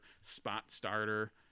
spot-starter